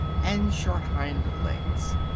and short hind legs.